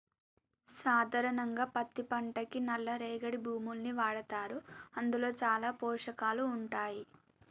సాధారణంగా పత్తి పంటకి నల్ల రేగడి భూముల్ని వాడతారు అందులో చాలా పోషకాలు ఉంటాయి